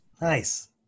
Nice